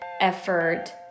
effort